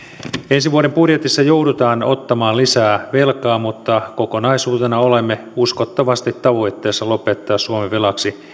ensi vuoden budjetissa joudutaan ottamaan lisää velkaa mutta kokonaisuutena olemme uskottavasti tavoitteessa lopettaa suomen